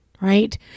right